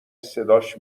صداش